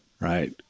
right